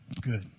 Good